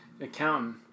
Accountant